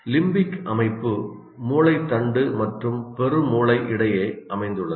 limbic அமைப்பு மூளைத்தண்டு மற்றும் பெருமூளை இடையே அமைந்துள்ளது